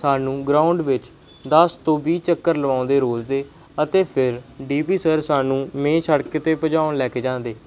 ਸਾਨੂੰ ਗਰਾਊਂਡ ਵਿੱਚ ਦਸ ਤੋਂ ਵੀਹ ਚੱਕਰ ਲਵਾਉਂਦੇ ਰੋਜ਼ ਦੇ ਅਤੇ ਫਿਰ ਡੀ ਪੀ ਸਰ ਸਾਨੂੰ ਮੇਨ ਸੜਕ 'ਤੇ ਭਜਾਉਣ ਲੈ ਕੇ ਜਾਂਦੇ